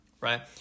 right